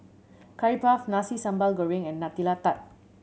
Curry Puff Nasi Sambal Goreng and Nutella Tart